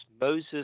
Moses